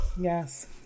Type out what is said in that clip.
yes